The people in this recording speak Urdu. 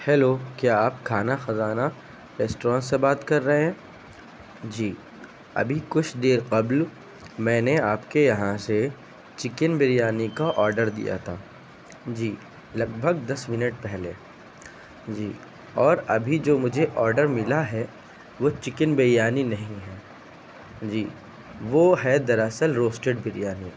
ہیلو کیا آپ کھانا خزانہ ریسٹورنٹ سے بات کر رہے ہیں جی ابھی کچھ دیر قبل میں نے آپ کے یہاں سے چکن بریانی کا آڈر دیا تھا جی لگ بھگ دس منٹ پہلے جی اور ابھی جو مجھے آڈر ملا ہے وہ چکن بریانی نہیں ہے جی وہ ہے در اصل روسٹیڈ بریانی